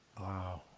Wow